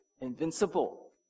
invincible